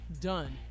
Done